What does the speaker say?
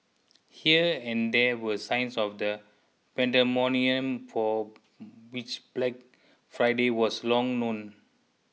here and there were signs of the pandemonium for which Black Friday was long known